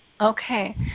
Okay